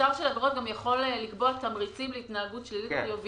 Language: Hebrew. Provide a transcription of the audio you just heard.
משטר של עבירות יכול גם לקבוע תמריצים להתנהגות שלילית וחיובית.